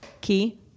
Key